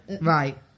Right